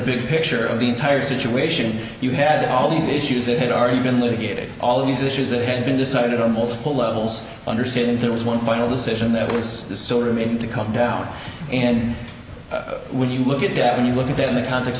big picture of the entire situation you had all these issues that had already been litigated all these issues that had been decided on multiple levels understanding there was one final decision that was still remaining to come down and when you look at that when you look at that in the con